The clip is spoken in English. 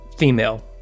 female